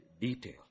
detail